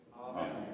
Amen